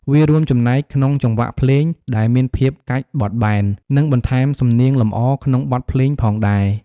វារួមចំណែកក្នុងចង្វាក់ភ្លេងដែលមានភាពកាច់បត់បែន និងបន្ថែមសំនៀងលម្អក្នុងបទភ្លេងផងដែរ។